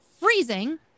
freezing